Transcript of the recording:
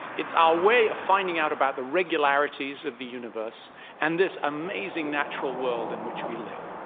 it's our way of finding out about the regularities of the universe and this amazing natural world in which we live.